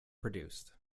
produced